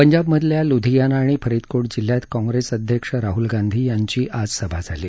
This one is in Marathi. पंजाबमधल्या लुधीयाना आणि फरिदकोट जिल्ह्यात काँग्रेस अध्यक्ष राहुल गांधी यांच्या आज सभा झाल्या